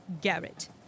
Garrett